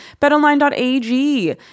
BetOnline.ag